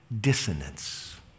dissonance